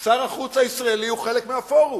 שר החוץ הישראלי הוא חלק מהפורום.